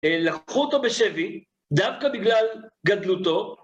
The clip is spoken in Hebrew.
לקחו אותו בשבי, דווקא בגלל גדלותו.